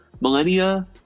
millennia